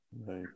right